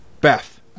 Beth